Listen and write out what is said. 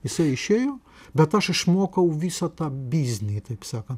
jisai išėjo bet aš išmokau visą tą biznį taip sakant